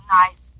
nice